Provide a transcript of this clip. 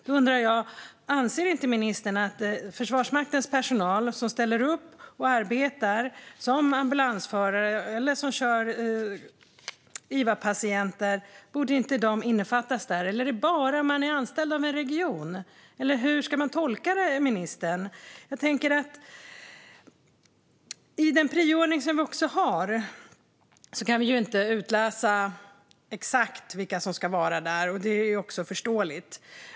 Då undrar jag: Anser inte ministern att Försvarsmaktens personal som ställer upp och arbetar som ambulansförare eller kör iva-patienter borde innefattas där? Är det bara om man är anställd av en region, eller hur ska jag tolka ministern? Vi kan inte utläsa exakt vilka som hör hemma i en viss prioritetsordning. Det är förståeligt.